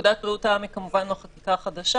פקודת בריאות העם היא כמובן לא חקיקה חדשה,